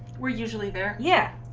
were usually there yeah